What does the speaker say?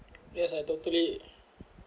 yes I totally